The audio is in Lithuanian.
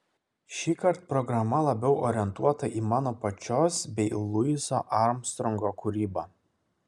šįkart programa labiau orientuota į mano pačios bei luiso armstrongo kūrybą